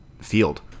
field